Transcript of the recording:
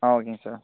ஆ ஓகேங்க சார்